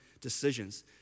decisions